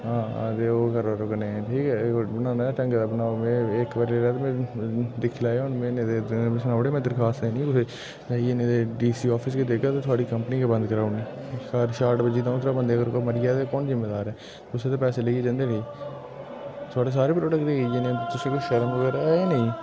आं ते ओह् करी करो कन्नै ठीक ऐ ओह् बनाना ते ढंगै दा बनाओ में इक बारी दिक्खी लैयो हून में नेईं ते सनाई ओड़ेआ में दरखास्त देनी कुसैई जाइयै नेईं ते डीसी ओफिस गै देगा ते थुआढ़ी कम्पनी गै बंद कराई ओड़नी शाट बज्जी दऊं त्रऊं बंदे अगर कोई मरी गेआ ते कौन जिम्मेदार ऐ तुसें ते पैसे लेइयै जन्दे उठी थुआढ़े सारे प्रोडैक्ट गै इ'यै जनेह् न तुसें कोई शर्म बगैरा ऐ जां नेईं